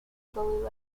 trolley